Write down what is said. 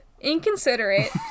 Inconsiderate